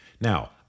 Now